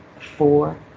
four